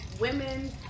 women